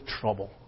trouble